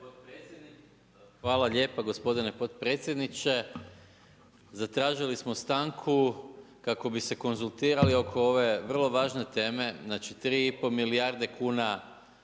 Hvala lijepa gospodine potpredsjedniče. Zatražili smo stanku kako bi se konzultirali oko ove vrlo važne teme, znači 3,5 milijarde kuna